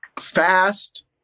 fast